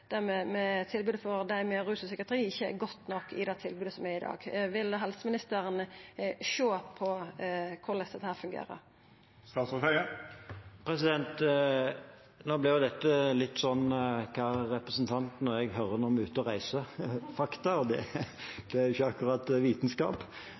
tilbodet for dei med rus- og psykiatriproblem ikkje er godt nok i det tilbodet som finst i dag. Vil helseministeren sjå på korleis dette fungerer? Nå blir dette litt som hva representanten Toppe og jeg hører når-vi-er-ute-og-reiser-fakta. Det er ikke akkurat vitenskap. Når jeg er ute og